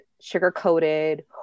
sugar-coated